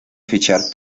fichar